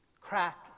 Crack